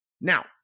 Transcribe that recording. Now